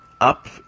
up